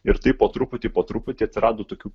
ir taip po truputį po truputį atsirado tokių